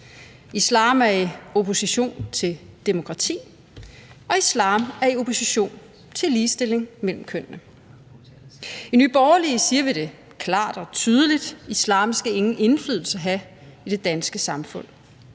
islam er i opposition til demokrati, og islam er i opposition til ligestilling mellem kønnene. I Nye Borgerlige siger vi det klart og tydeligt: Islam skal ingen indflydelse have i det danske samfund.